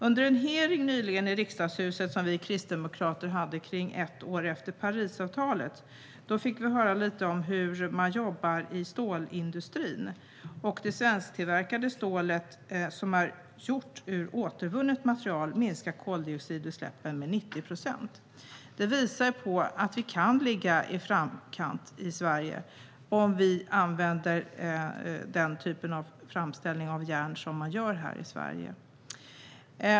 Under en hearing nyligen i Riksdagshuset som vi kristdemokrater ordnade med anledning av att det har gått ett år sedan Parisavtalet trädde i kraft fick vi höra lite om hur man jobbar i stålindustrin. Det svensktillverkade stålet, som är gjort av återvunnet material, minskar koldioxidutsläppen med 90 procent. Det visar att vi kan ligga i framkant i Sverige om vi använder den typ av framställning av järn som man gör här i Sverige.